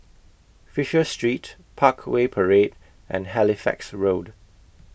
Fisher Street Parkway Parade and Halifax Road